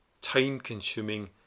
time-consuming